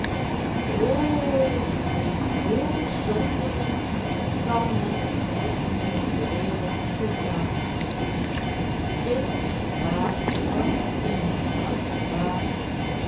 o hoe zonderling kan het toch in de wereld toegaan de tinnen soldaat was in dezelfde kamer